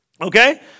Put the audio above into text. Okay